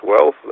wealth